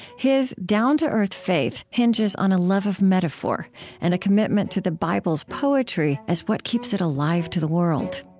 his down-to-earth faith hinges on a love of metaphor and a commitment to the bible's poetry as what keeps it alive to the world